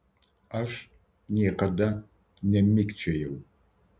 aš niekada nemikčiojau